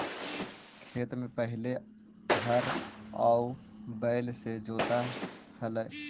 खेत में पहिले हर आउ बैल से जोताऽ हलई